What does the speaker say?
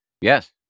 yes